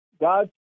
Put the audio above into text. God